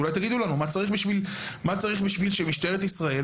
מה צריך לקרות בשביל שמשרד החינוך ומשטרת ישראל,